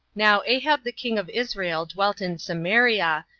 now ahab the king of israel dwelt in samaria,